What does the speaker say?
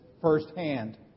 firsthand